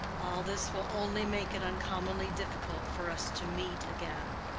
all this will only make it uncommonly difficult for us to meet again.